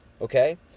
Okay